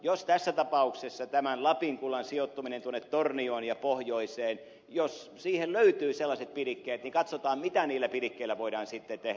jos tässä tapauksessa tämän lapin kullan sijoittuminen tuonne tornioon ja pohjoiseen jos siihen löytyy sellaiset pidikkeet niin katsotaan mitä niillä pidikkeillä voidaan sitten tehdä